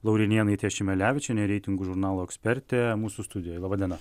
laurinėnaitė šimelevičienė reitingų žurnalo ekspertė mūsų studijoje laba diena